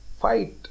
fight